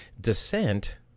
Descent